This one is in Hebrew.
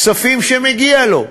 כספים שמגיעים לו,